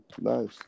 Nice